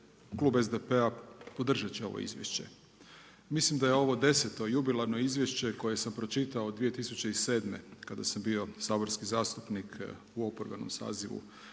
klub SDP-a podržat će ovo izvješće. Mislim da je ovo 10. jubilarno izvješće koje sam pročitao od 2007. kada sam bio saborski zastupnik u oporbenom sazivu